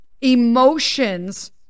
emotions